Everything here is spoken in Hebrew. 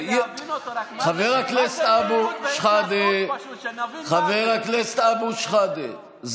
רק כדי להבין אותו, שנבין, חבר הכנסת אבו שחאדה.